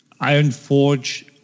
Ironforge